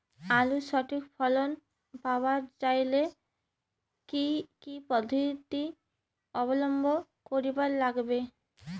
আলুর সঠিক ফলন পাবার চাইলে কি কি পদ্ধতি অবলম্বন করিবার লাগবে?